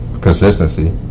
consistency